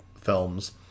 films